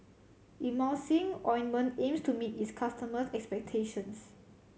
Emulsying Ointment aims to meet its customers' expectations